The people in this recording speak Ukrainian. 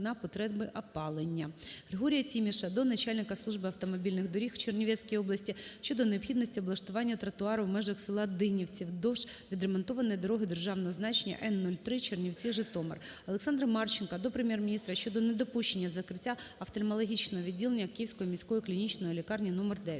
Григорія Тіміша до начальника Служби автомобільних доріг у Чернівецькій області щодо необхідності облаштування тротуару в межах села Динівці вздовж відремонтованої дороги державного значення Н-03 Чернівці-Житомир. Олександра Марченка до Прем'єр-міністра щодо недопущення закриття офтальмологічного відділення Київської міської клінічної лікарні № 9.